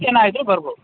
ಏನಾಗಿದ್ದರೂ ಬರ್ಬೋದು